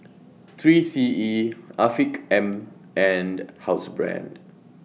three C E Afiq M and Housebrand